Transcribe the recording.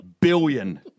billion